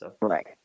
Right